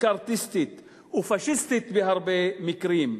מקארתיסטית ופאשיסטית בהרבה מקרים.